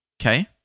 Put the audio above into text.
Okay